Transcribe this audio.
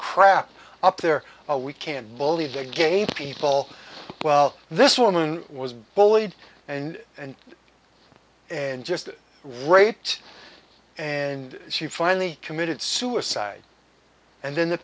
crap up there we can't believe that gay people well this woman was bullied and and and just right and she finally committed suicide and then the